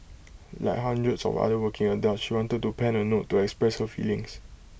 like hundreds of other working adults she wanted to pen A note to express her feelings